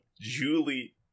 Julie